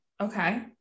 Okay